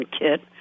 kit